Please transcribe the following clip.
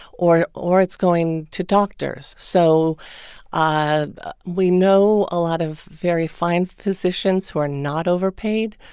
or or it's going to doctors. so ah we know a lot of very fine physicians who are not overpaid,